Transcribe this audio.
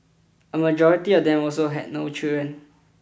a majority of them also had no children